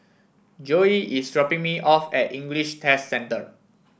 Joey is dropping me off at English Test Centre